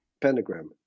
pentagram